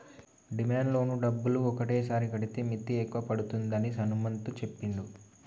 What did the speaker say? demand loan డబ్బులు ఒకటేసారి కడితే మిత్తి ఎక్కువ పడుతుందని హనుమంతు చెప్పిండు